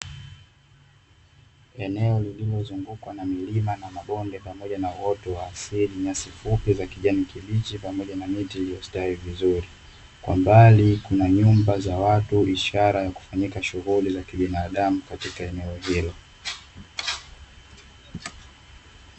Eneo lililozungukwa na milima na mabonde pamoja na uoto wa asili, nyasi fupi za kijani kibichi pamoja na miti iliyostawi vizuri. Kwa mbali kuna nyumba za watu, ishara ya kufanyika shughuli za kibinadamu katika eneo hilo.